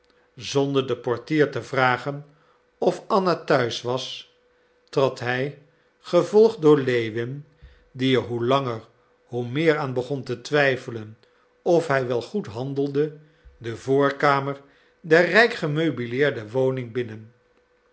zonder den portier te vragen of anna thuis was trad hij gevolgd door lewin die er hoe langer hoe meer aan begon te twijfelen of hij wel goed handelde de voorkamer der rijk gemeubileerde woning binnen